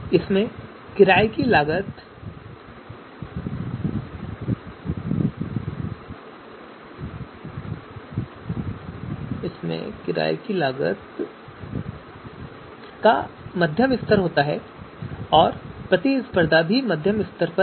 इसमें किराए की लागत का मध्यम स्तर है और प्रतिस्पर्धा भी मध्यम स्तर पर है